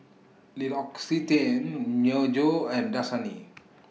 L'Occitane Myojo and Dasani